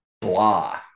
blah